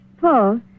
Paul